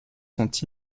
sont